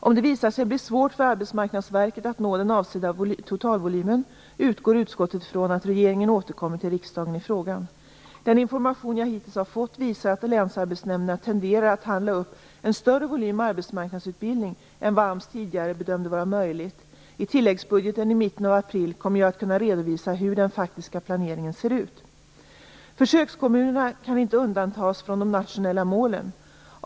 Om det visar sig bli svårt för Arbetsmarknadsverket att nå den avsedda totalvolymen, utgår utskottet från att regeringen återkommer till riksdagen i frågan. Den information jag hittills har fått visar att länsarbetsnämnderna tenderar att handla upp en större volym arbetsmarknadsutbildning än vad AMS tidigare bedömde vara möjligt. I tilläggsbudgeten i mitten av april kommer jag att kunna redovisa hur den faktiska planeringen ser ut. Försökskommunerna kan inte undantas från de nationella målen.